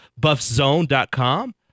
BuffZone.com